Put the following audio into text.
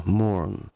mourn